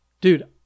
Dude